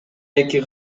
эки